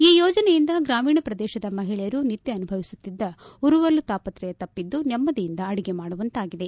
ಈ ಯೋಜನೆಯಿಂದ ಗ್ರಾಮೀಣ ಪ್ರದೇಶದ ಮಹಿಳೆಯರು ನಿತ್ಯ ಅನುಭವಿಸುತ್ತಿದ್ದ ಉರುವಲು ತಾಪತ್ರೆ ತಪ್ಪದ್ದು ನೆಮ್ದದಿಯಂದ ಅಡುಗೆ ಮಾಡುವಂತಾಗಿದೆ